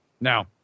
Now